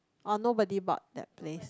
oh nobody bought that place